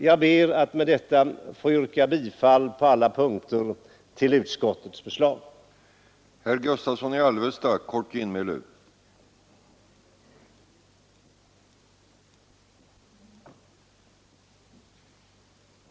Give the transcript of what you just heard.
Jag ber med detta att få yrka bifall till utskottets förslag på alla punkter.